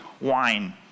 wine